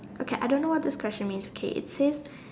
okay I don't know what this question means okay it says